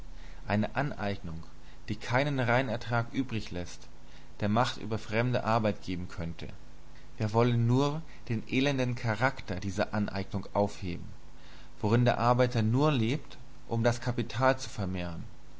eine aneignung die keinen reinertrag übrigläßt der macht über fremde arbeit geben könnte wir wollen nur den elenden charakter dieser aneignung aufheben worin der arbeiter nur lebt um das kapital zu vermehren